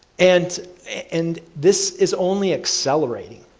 and and this is only accelerating.